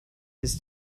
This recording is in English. his